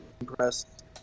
impressed